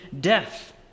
death